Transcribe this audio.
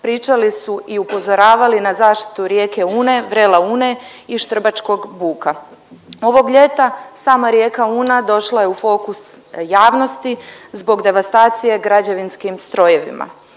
pričali su i upozoravali na zaštitu rijeke Une, vrela Une i Štrbačkog buka. Ovog ljeta sama rijeka Una došla je u fokus javnosti zbog devastacije građevinskim strojevima.